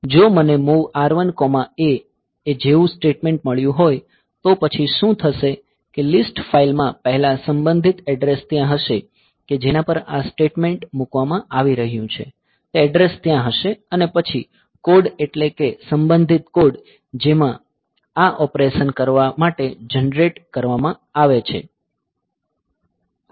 જો મને MOV R1A એ જેવું સ્ટેટમેન્ટ મળ્યું હોય તો પછી શું થશે કે લીસ્ટ ફાઇલ માં પહેલા સંબંધિત એડ્રેસ ત્યાં હશે કે જેના પર આ સ્ટેટમેન્ટ મૂકવામાં આવી રહ્યું છે તે એડ્રેસ ત્યાં હશે અને પછી કોડ એટલે કે સંબંધિત કોડ જે આ ઓપરેશન કરવા માટે જનરેટ કરવામાં આવે છે